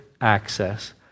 access